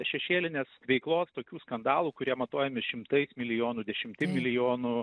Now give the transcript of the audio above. šešėlinės veiklos tokių skandalų kurie matuojami šimtais milijonų dešimtim milijonų